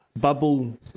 bubble